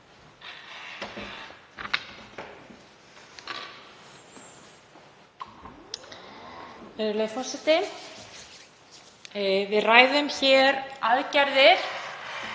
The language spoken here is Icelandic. Við ræðum hér aðgerðir